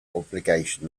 obligation